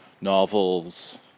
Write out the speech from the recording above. novels